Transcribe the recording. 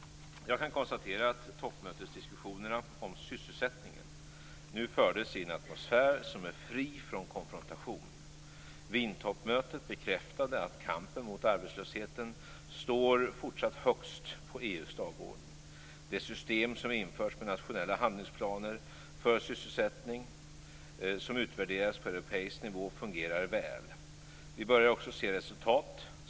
Jag kan konstatera att toppmötesdiskussionerna om sysselsättningen nu fördes i en atmosfär som är fri från konfrontation. Wientoppmötet bekräftade att kampen mot arbetslösheten fortsatt står högst på EU:s dagordning. Det system som införs med nationella handlingsplaner för sysselsättning och som utvärderas på europeisk nivå fungerar väl. Vi börjar också se resultat.